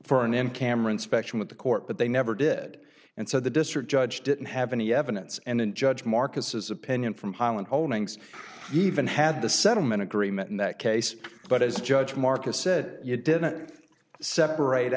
for an in cameron special with the court but they never did and so the district judge didn't have any evidence and in judge marcus's opinion from highland holdings even had the settlement agreement in that case but as judge marcus said you didn't separate